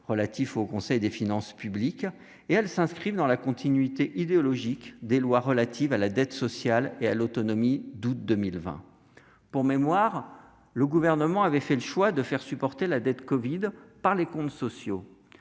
débat précédent sur les finances publiques. Elles s'inscrivent dans la continuité idéologique des lois relatives à la dette sociale et à l'autonomie d'août 2020. Pour mémoire, le Gouvernement avait fait le choix de faire supporter la dette liée à l'épidémie